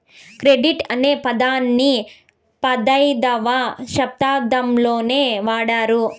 credit అనే పదాన్ని పదైధవ శతాబ్దంలోనే వాడారు